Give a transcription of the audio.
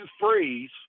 Freeze